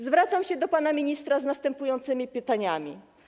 Zwracam się do pana ministra z następującymi pytaniami.